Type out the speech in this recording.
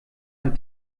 ein